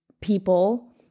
people